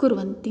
कुर्वन्ति